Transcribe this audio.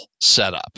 setup